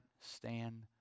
stand